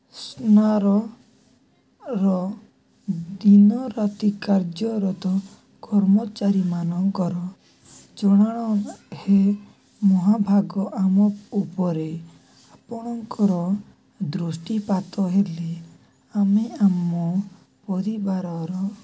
ର ଦିନରାତି କାର୍ଯ୍ୟରତ କର୍ମଚାରୀମାନଙ୍କର ଜଣାଣ ହେ ମହାଭାଗ ଆମ ଉପରେ ଆପଣଙ୍କର ଦୃଷ୍ଟିପାତ ହେଲେ ଆମେ ଆମ ପରିବାରର